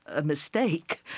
a mistake,